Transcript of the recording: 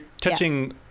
touching